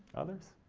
others,